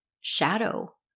shadow